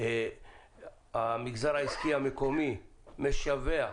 שהמגזר העסקי המקומי משווע.